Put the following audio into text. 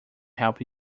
help